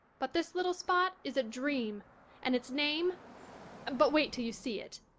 but this little spot is a dream and its name but wait till you see it.